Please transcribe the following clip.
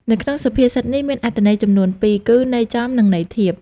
នៅក្នុងសុភាសិតនេះមានអត្ថន័យចំនួនពីរគឺ ន័យចំនិងន័យធៀប ។